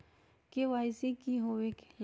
KYC का हो के ला?